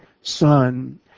son